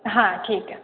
हां ठीक आहे